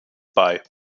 bei